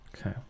okay